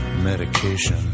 medication